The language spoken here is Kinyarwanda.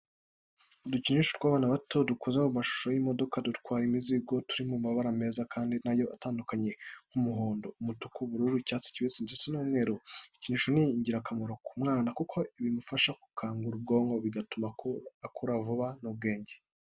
Udukinisho tw'abana bato dukoze mu mashusho y'imodoka dutwara imizigo, turi mu mabara meza kandi na yo atandukanye, nk'umuhondo, umutuku, ubururu, icyatsi kibisi ndetse n'umweru. Ibikinisho ni ingirakamaro ku mwana kuko bimufasha gukangura ubwonko, bigatuma akura vuba mu bwenge.